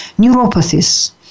neuropathies